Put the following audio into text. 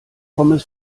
pommes